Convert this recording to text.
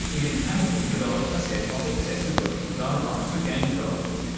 ian hamilton developed a set of accessibility guidelines for games developers.